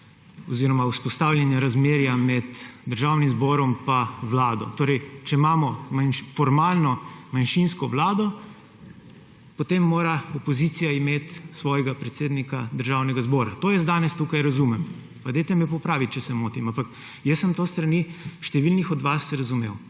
oziroma vzpostavljanja razmerja med državnim zborom in vlado. Torej, če imamo formalno manjšinsko vlado, potem mora opozicija imeti svojega predsednika Državnega zbora. Tako jaz danes tukaj razumem. Dajte me popraviti, če se motim, ampak jaz sem to s strani številnih od vas razumel.